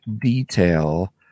detail